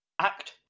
Act